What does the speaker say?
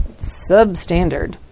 substandard